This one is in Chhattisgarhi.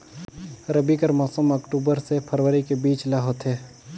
रबी कर मौसम अक्टूबर से फरवरी के बीच ल होथे